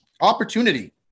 opportunity